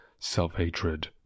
self-hatred